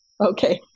Okay